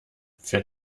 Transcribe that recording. für